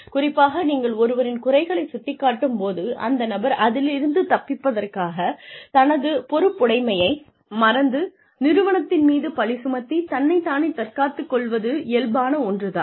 குறிப்பாக நீங்கள் ஒருவரின் குறைகளை சுட்டிக்காட்டும் போது அந்த நபர் அதிலிருந்து தப்பிப்பதற்காகத் தனது பொறுப்புடைமையை மறந்து நிறுவனத்தின் மீது பழி சுமத்தி தன்னை தானே தற்காத்து கொள்வது இயல்பான ஒன்றுதான்